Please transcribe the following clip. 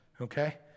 okay